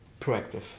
proactive